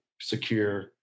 secure